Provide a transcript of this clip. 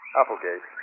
Applegate